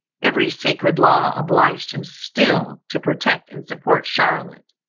every sacred law, obliged him still to protect and support charlotte,